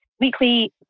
weekly